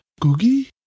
Googie